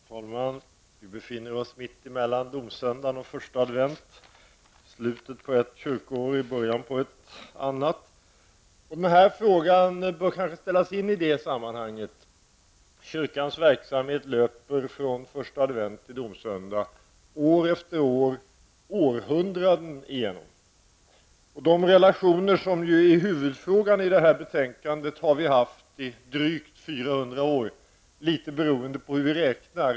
Herr talman! Vi befinner oss mittemellan domssöndagen och första advent, i slutet på ett kyrkoår och i början av ett annat. Den här frågan bör kanske sättas in i detta sammanhang. Kyrkans verksamhet löper från första advent till domssöndagen år efter år, århundraden igenom. De relationer som är huvudfrågan i detta betänkande har vi haft i drygt 400 år, litet beroende på hur vi räknar.